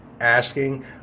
asking